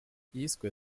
yiswe